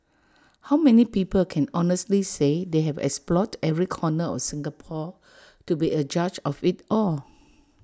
how many people can honestly say they have explored every corner of Singapore to be A judge of IT all